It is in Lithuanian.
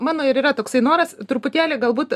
mano ir yra toksai noras truputėlį galbūt